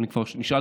אבל אם כבר נשאלתי,